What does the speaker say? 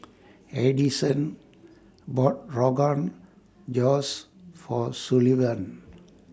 Addyson bought Rogan Josh For Sullivan